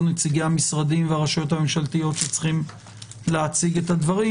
נציגי המשרדים והרשויות הממשלתיות שצריכים להציג את הדברים.